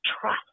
trust